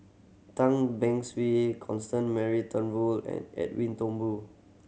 Tan Beng Swee Constance Mary Turnbull and Edwin Thumboo